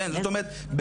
זאת אומרת,